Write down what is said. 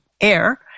air